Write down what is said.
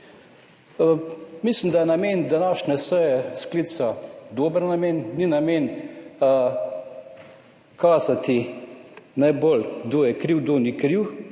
Mislim, da je namen današnje seje, sklica dober namen. Ni namen kazati najbolj kdo je kriv, kdo ni kriv.